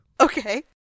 Okay